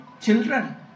children